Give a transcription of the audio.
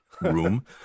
room